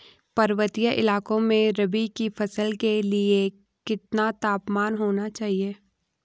पर्वतीय इलाकों में रबी की फसल के लिए कितना तापमान होना चाहिए?